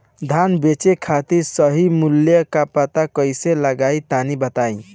धान बेचे खातिर सही मूल्य का पता कैसे चली तनी बताई?